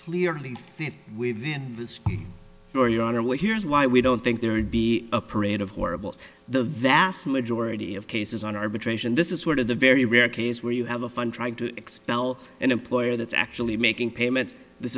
clearly fit within your your honor well here's why we don't think there is be a parade of horribles the vast majority of cases on arbitration this is one of the very rare case where you have a fun trying to expel an employee that's actually making payments this